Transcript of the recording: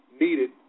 needed